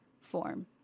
form